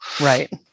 Right